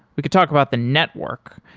we could talk about the network,